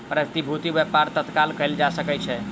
प्रतिभूतिक व्यापार तत्काल कएल जा सकै छै